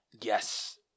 Yes